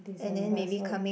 December so